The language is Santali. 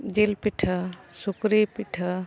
ᱡᱤᱞ ᱯᱤᱴᱷᱟ ᱥᱩᱠᱨᱤ ᱯᱤᱴᱷᱟᱹ